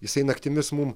jisai naktimis mum